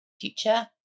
future